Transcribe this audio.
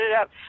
up